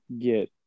get